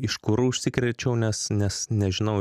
iš kur užsikrėčiau nes nes nežinau